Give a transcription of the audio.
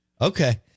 Okay